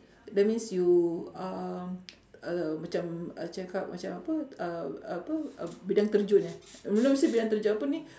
that means you um uh macam I cakap macam apa uh apa uh bidan terjun eh mula mesti bidan terjun apa ni